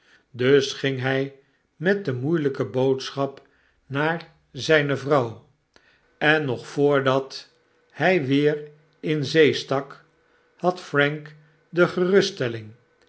dus ging hg met de moeielgke boodschap naar zgne vrouw en nog voordat hg weer in zee stak had prank de geruststelling